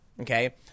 Okay